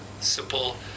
simple